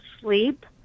sleep